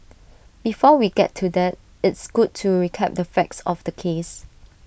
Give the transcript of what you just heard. before we get to that it's good to recap the facts of the case